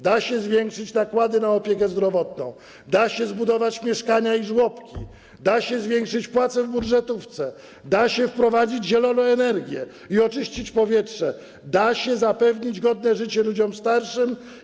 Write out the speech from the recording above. Da się zwiększyć nakłady na opiekę zdrowotną, da się zbudować mieszkania i żłobki, da się zwiększyć płace w budżetówce, da się wprowadzić zieloną energię i oczyścić powietrze, da się zapewnić godne życie ludziom starszym.